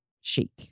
chic